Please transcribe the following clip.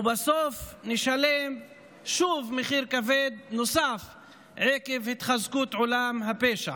ובסוף נשלם שוב מחיר כבד נוסף עקב התחזקות עולם הפשע.